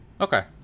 Okay